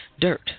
dirt